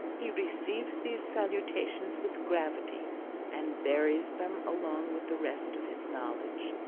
he receives these salutations with gravity and buries them along with the rest of his knowledge.